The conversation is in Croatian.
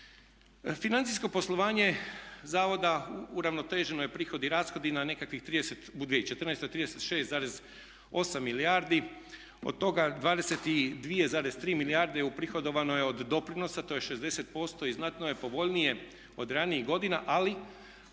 Financijsko poslovanje zavoda uravnoteženo je prihodima i rashodima u 2014. na nekakvih 36,8 milijardi. Od toga 22,3 milijarde uprihodovano je od doprinosa, to je 60%, i znatno je povoljnije od ranijih godina, ali